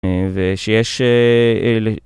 ושיש אההה...